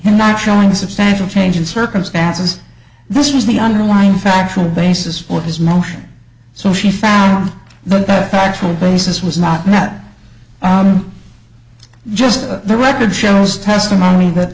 not showing substantial change in circumstances this was the underlying factual basis for this motion so she found the best factual basis was not met just the record shows testimony that